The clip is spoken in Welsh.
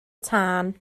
tân